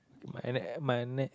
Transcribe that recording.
my ne~ my neck